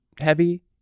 heavy